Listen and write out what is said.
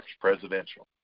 presidential